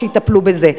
שיטפלו בזה.